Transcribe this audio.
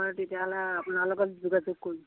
বাৰু তেতিয়াহ'লে আপোনাৰ লগত যোগাযোগ কৰিম